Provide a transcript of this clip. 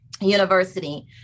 University